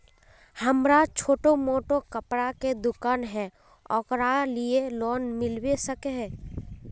हमरा छोटो मोटा कपड़ा के दुकान है ओकरा लिए लोन मिलबे सके है?